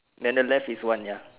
then the left is one ya